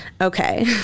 Okay